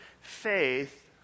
Faith